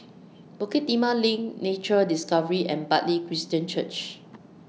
Bukit Timah LINK Nature Discovery and Bartley Christian Church